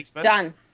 done